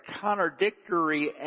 contradictory